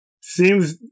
Seems